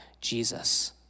Jesus